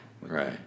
Right